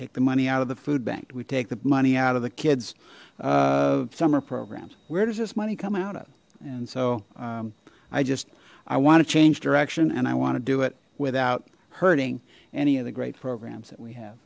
take the money out of the food bank we take the money out of the kids summer programs where does this money come out of and so i just i want to change direction and i want to do it without hurting any of the great programs that we have